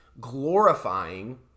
glorifying